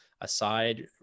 aside